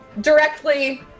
directly